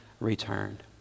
returned